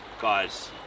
guys